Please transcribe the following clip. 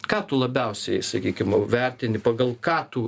ką tu labiausiai sakykim vertini pagal ką tu